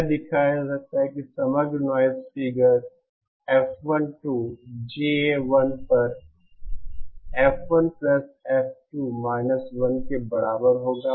यह दिखाया जा सकता है कि समग्र नॉइज़ फिगर F12 GA1 पर F1F2 1 के बराबर होगा